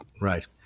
Right